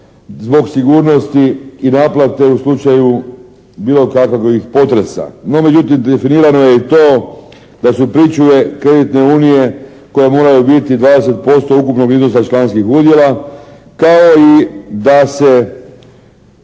zbog sigurnosti i naplate u slučaju bilo kakvih potresa. No međutim definirano je i to da su pričuve kreditne unije koje moraju biti 20% ukupnog iznosa članskih udjela, kao i da se